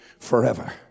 forever